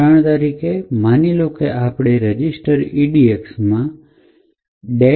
આ ઉદાહરણમાં માની લો કે આપણે રજીસ્ટર edxમાં deadbeef મોકલ્વું છે